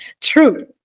true